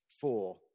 four